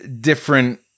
different